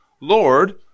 Lord